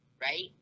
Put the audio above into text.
right